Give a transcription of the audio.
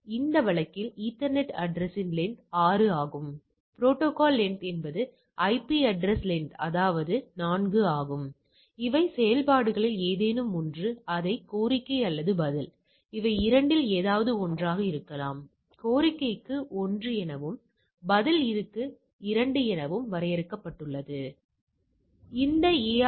எனவே நான் இங்கே ஒரு வரியையும் அந்த பகுதிக்கு ஒரு வரியையும் இங்கு வைத்தால் அது மிகவும் கூர்மையாக உயர்ந்து கொண்டிருப்பதால் நமக்கு மிகச் சிறிய மதிப்பு கிடைக்கும் அது மிக மெதுவாக கீழே விழுவதால் உங்களுக்கு மிகப் பெரிய மதிப்பு கிடைக்கும்